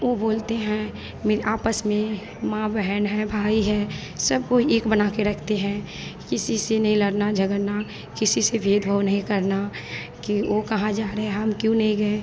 ऊ बोलते हैं मेरे आपस में माँ बहन हैं भाई है सब को एक बनाकर रखते हैं किसी से नहीं लड़ना झगड़ना किसी से भेदभाव नहीं करना कि वह कहाँ जा रहे हैं हम क्यों नहीं गए